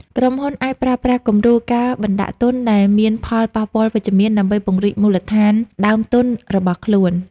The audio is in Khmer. ក្រុមហ៊ុនអាចប្រើប្រាស់គំរូការបណ្ដាក់ទុនដែលមានផលប៉ះពាល់វិជ្ជមាន ដើម្បីពង្រីកមូលដ្ឋានដើមទុនរបស់ខ្លួន។